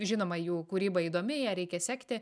žinoma jų kūryba įdomi ją reikia sekti